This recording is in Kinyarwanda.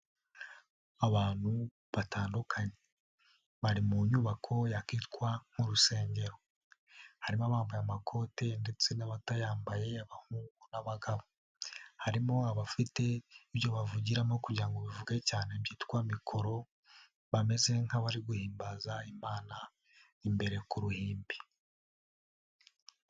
Abantu batandukanye, bari mu nyubako yakitwa nk'urusengero. Harimo abambaye amakote ndetse n'abatayambaye abahungu n'abagabo. Harimo abafite ibyo bavugiramo kugira ngo bivuge cyane byitwa mikoro, bameze nk'abari guhimbaza Imana imbere ku ruhimbi.